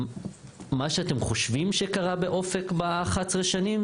מה שאתם חושבים שקרה באופק ב-11 השנים,